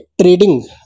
trading